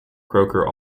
croker